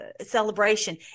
celebration